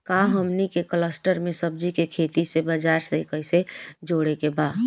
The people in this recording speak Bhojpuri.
का हमनी के कलस्टर में सब्जी के खेती से बाजार से कैसे जोड़ें के बा?